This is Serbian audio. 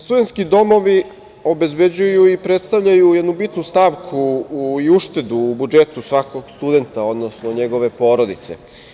Studentski domovi obezbeđuju i predstavljaju jednu bitnu stavku i uštedu u budžetu svakog studenta, odnosno njegove porodice.